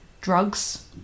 drugs